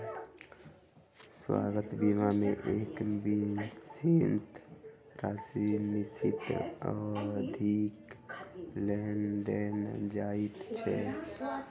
स्वास्थ्य बीमा मे एक निश्चित राशि निश्चित अवधिक लेल देल जाइत छै